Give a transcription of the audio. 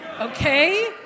okay